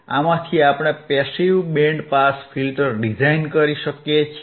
આમાંથી આપણે passive band pass filter design કરી શકીએ છીએ